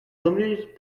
limited